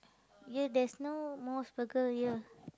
ya there's no Mos-Burger here